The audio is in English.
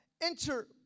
enter